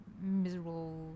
miserable